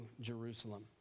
Jerusalem